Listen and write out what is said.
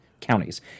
counties